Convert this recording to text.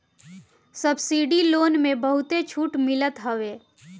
subsidy loan में बहुते छुट मिलत हवे